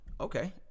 Okay